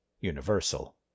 universal